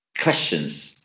questions